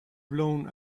blown